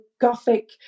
Gothic